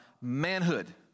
manhood